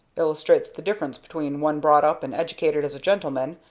illustrates the difference between one brought up and educated as a gentleman,